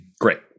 Great